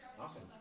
Awesome